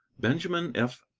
benjamin f.